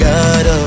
God